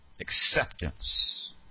Acceptance